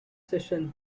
session